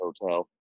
hotel